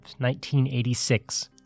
1986